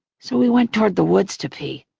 so we went toward the woods to pee.